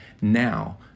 now